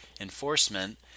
enforcement